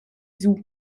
zhou